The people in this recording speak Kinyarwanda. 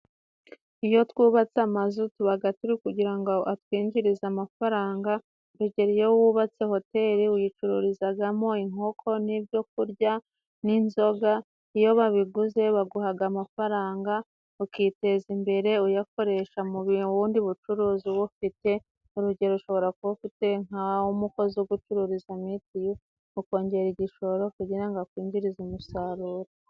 Iyo twubatse amazu tubaga turi kugira ngo atwinjirize amafaranga, urugero iyo wubatse hoteri uyicururizagamo inkoko, n'ibyo kurya n'inzoga. Iyo babiguze baguhaga amafaranga ukiteza imbere uyakoresha mu bundi bucuruzi uba ufite. Urugero ushobora kuba ufite nk'umukozi ugucururiza mitiyu, ukongera igishoro kugira ngo akwinjirize umusaruro.